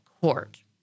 court